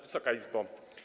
Wysoka Izbo!